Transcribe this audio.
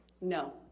No